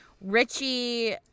Richie